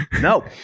No